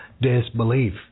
disbelief